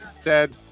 Ted